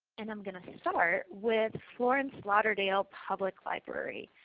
and i'm going to start with florence-lauderdale public library.